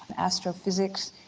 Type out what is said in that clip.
astrophysics,